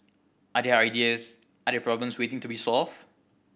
are there ideas are there problems waiting to be solved